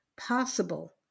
possible